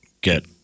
get